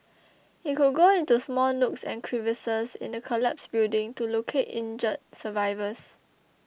it could go into small nooks and crevices in a collapsed building to locate injured survivors